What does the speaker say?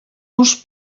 uns